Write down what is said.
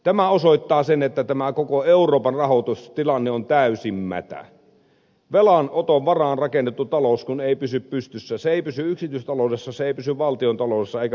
tämä osoittaa sen että koko euroopan rahoitustilanne on täysin mätä velanoton varaan rakennettu talous kun ei pysy pystyssä se ei pysy yksityistaloudessa se ei pysy valtiontaloudessa eikä maailmantaloudessakaan